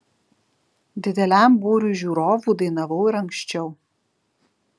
dideliam būriui žiūrovų dainavau ir anksčiau